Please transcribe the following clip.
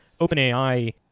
OpenAI